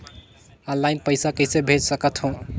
Online पइसा कइसे भेज सकत हो?